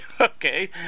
Okay